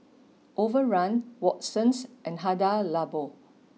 overrun Watsons and Hada Labo